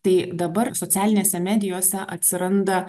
tai dabar socialinėse medijose atsiranda